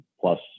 plus